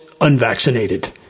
unvaccinated